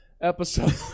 episode